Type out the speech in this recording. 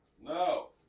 no